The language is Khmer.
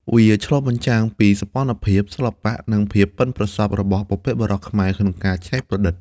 វាឆ្លុះបញ្ចាំងពីសោភ័ណភាព សិល្បៈ និងភាពប៉ិនប្រសប់របស់បុព្វបុរសខ្មែរក្នុងការច្នៃប្រឌិត។